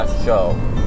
show